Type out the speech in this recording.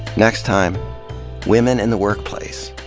next time women in the workplace.